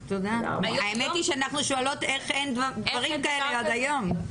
האמת שאנחנו שואלות איך אין דברים כאלה עד היום.